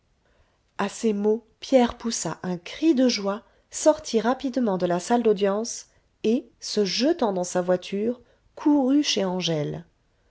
a ces mots pierre poussa un cri de joie sortit rapidement de la salle d'audience et se jetant dans sa voiture courut chez angèle